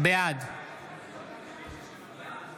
בעד